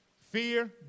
Fear